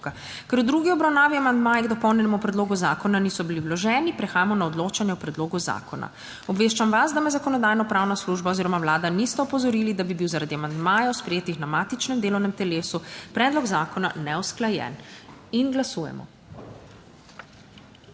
Ker v drugi obravnavi amandmaji k dopolnjenemu predlogu zakona niso bili vloženi, prehajamo na odločanje o predlogu zakona. Obveščam vas, da me Zakonodajno-pravna služba oziroma Vlada nista opozorili, da bi bil zaradi amandmajev sprejetih na matičnem delovnem telesu, predlog zakona neusklajen. Glasujemo.